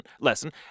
Lesson